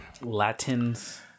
Latins